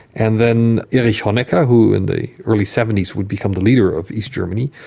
and then erich honecker, who in the early seventies would become the leader of east germany,